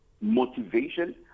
motivation